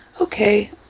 Okay